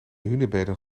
hunebedden